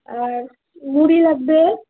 আর মুড়ি লাগবে